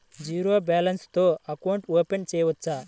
Zero balance తో account open చేయవచ్చు?